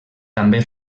també